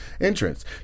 entrance